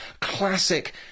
classic